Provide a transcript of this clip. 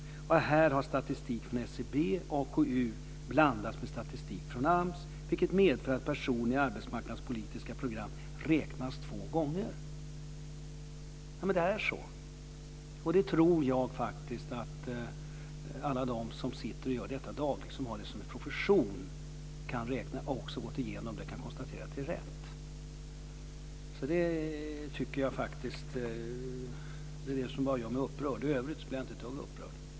Här har statistik från SCB och AKU blandats med statistik från AMS, vilket medför att personliga arbetsmarknadspolitiska program räknas två gånger. Det är så. Det tror jag faktiskt att alla de som gör detta dagligen, som har det som profession, kan räkna ut. De har också gått igenom detta och kunnat konstatera att det är rätt. Det är det som gör mig upprörd. I övrigt blir jag inte ett dugg upprörd.